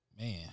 Man